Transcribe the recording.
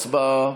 הצבעה.